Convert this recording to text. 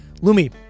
Lumi